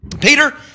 Peter